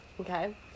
Okay